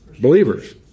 Believers